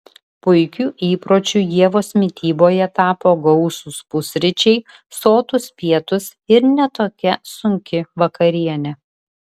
puikiu įpročiu ievos mityboje tapo gausūs pusryčiai sotūs pietūs ir ne tokia sunki vakarienė